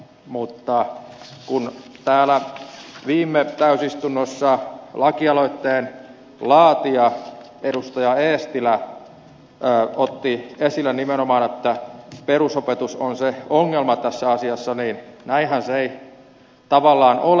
mutta kun täällä viime täysistunnossa lakialoitteen laatija edustaja eestilä otti esille nimenomaan että perusopetus on se ongelma tässä asiassa niin näinhän se ei tavallaan ole